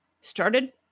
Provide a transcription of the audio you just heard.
started